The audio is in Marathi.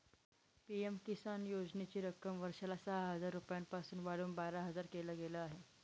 पी.एम किसान योजनेची रक्कम वर्षाला सहा हजार रुपयांपासून वाढवून बारा हजार केल गेलं आहे